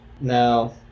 Now